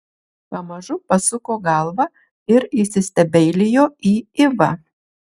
pamažu pasuko galvą ir įsistebeilijo į ivą